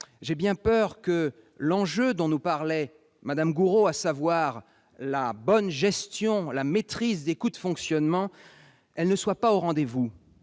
j'ai bien peur que l'enjeu dont nous parlait Mme Gourault, à savoir la bonne gestion, la maîtrise des coûts de fonctionnement, soit perdu de vue,